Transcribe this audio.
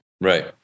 right